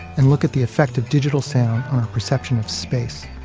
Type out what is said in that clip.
and look at the effect of digital sound on our perception of space.